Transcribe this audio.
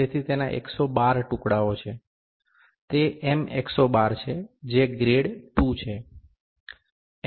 તેથી તેના 112 ટુકડાઓ છે તે M 112 છે જે ગ્રેડ II છે